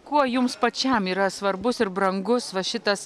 kuo jums pačiam yra svarbus ir brangus va šitas